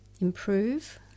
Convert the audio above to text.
improve